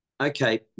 Okay